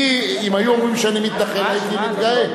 אם היו אומרים שאני מתנחל, הייתי מתגאה.